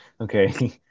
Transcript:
okay